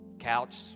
couch